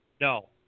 no